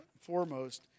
foremost